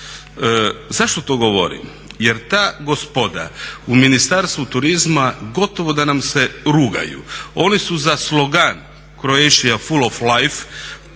Zašto to govorim? Jer ta gospoda u Ministarstvu turizma gotovo da nam se rugaju. Oni su za slogan "Croatia full of life",